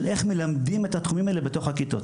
שנוגעים לאיך מלמדים את התחומים האלה בתוך הכיתות.